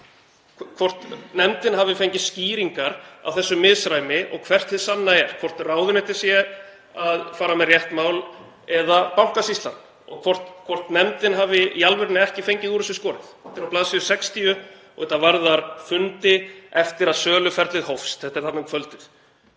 hvort nefndin hafi fengið skýringar á þessu misræmi og hvert hið sanna er, hvort ráðuneytið sé að fara með rétt mál eða Bankasýslan og hvort nefndin hafi í alvörunni ekki fengið úr þessu skorið. Þetta er á bls. 60 og þetta varðar fundi eftir að söluferlið hófst. Þetta er þarna um kvöldið.